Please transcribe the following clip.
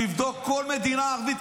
תבדוק כל מדינה ערבית,